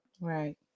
Right